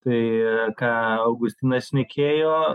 tai ką augustinas šnekėjo